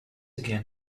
again